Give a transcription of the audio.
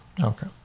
Okay